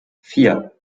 vier